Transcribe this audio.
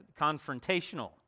confrontational